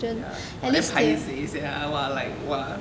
ya !wah! damn paiseh sia !wah! like !wah!